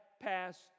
passed